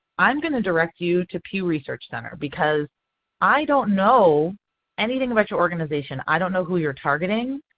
i'm going to direct you to pew research center because i don't know anything about your organization. i don't know who you are targeting.